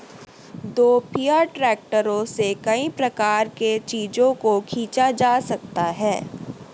दोपहिया ट्रैक्टरों से कई प्रकार के चीजों को खींचा जा सकता है